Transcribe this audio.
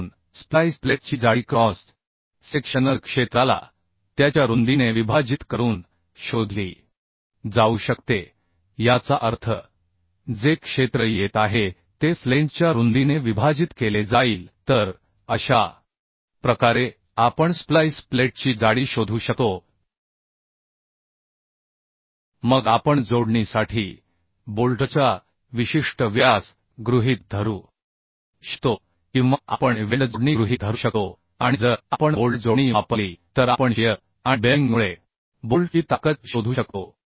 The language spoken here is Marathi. म्हणून स्प्लाइस प्लेटची जाडी क्रॉस सेक्शनल क्षेत्राला त्याच्या रुंदीने विभाजित करून शोधली जाऊ शकते याचा अर्थ जे क्षेत्र येत आहे ते फ्लेंजच्या रुंदीने विभाजित केले जाईल तर अशा प्रकारे आपण स्प्लाइस प्लेटची जाडी शोधू शकतो मग आपण जोडणीसाठी बोल्टचा विशिष्ट व्यास गृहीत धरू शकतो किंवा आपण वेल्ड जोडणी गृहीत धरू शकतो आणि जर आपण बोल्ट जोडणी वापरली तर आपण शिअर आणि बेअरिंगमुळे बोल्टची ताकद शोधू शकतो